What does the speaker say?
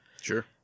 Sure